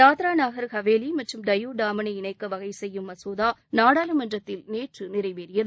தத்ரா நாகர் ஹவேலி மற்றும் டையூ டாமனை இணைக்க வகைசெய்யும் மசோதா நாடாளுமன்றத்தில் நேற்று நிறைவேறியது